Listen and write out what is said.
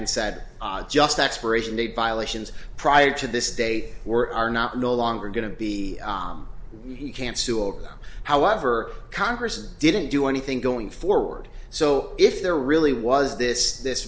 and said just expiration date violations prior to this day or are not no longer going to be you can't sue over however congress didn't do anything going forward so if there really was this this